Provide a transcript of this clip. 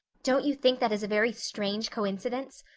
don't you think that is a very strange coincidence?